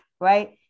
right